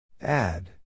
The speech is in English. Add